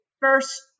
first